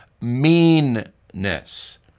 meanness